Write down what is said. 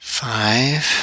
five